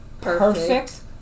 perfect